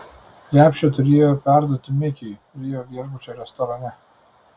krepšį turėjo perduoti mikiui rio viešbučio restorane